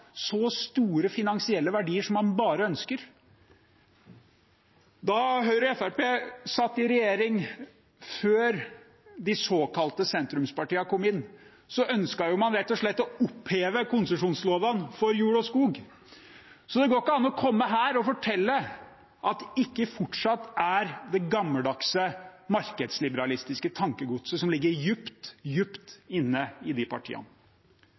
så store finansielle verdier av, som man bare ønsker. Da Høyre og Fremskrittspartiet satt i regjering – før de såkalte sentrumspartiene kom inn – ønsket man rett og slett å oppheve konsesjonsloven for jord og skog. Så det går ikke an å komme her og fortelle at det ikke fortsatt er det gammeldagse, markedsliberalistiske tankegodset som ligger dypt, dypt inne i de partiene.